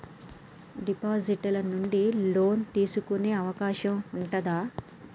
Deposit ల నుండి loan తీసుకునే అవకాశం ఉంటదా?